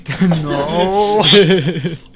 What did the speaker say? No